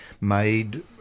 made